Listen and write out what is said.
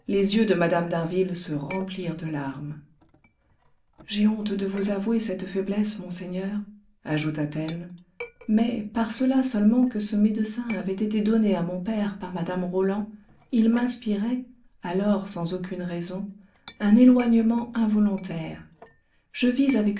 j'ai honte de vous avouer cette faiblesse monseigneur ajouta-t-elle mais par cela seulement que ce médecin avait été donné à mon père par mme roland il m'inspirait alors sans aucune raison un éloignement involontaire je vis